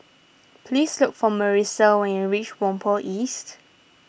please look for Marissa when you reach Whampoa East